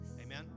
amen